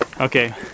Okay